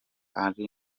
ari